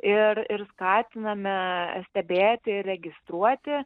ir ir skatiname stebėti registruoti